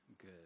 good